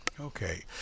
Okay